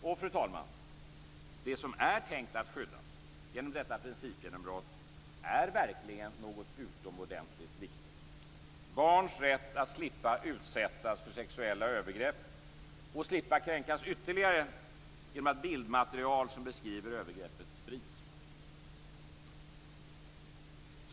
Och, fru talman, det som är tänkt att skyddas genom detta principgenombrott är verkligen något utomordentligt viktigt - barns rätt att slippa utsättas för sexuella övergrepp och slippa kränkas ytterligare genom att bildmaterial som beskriver övergreppet sprids.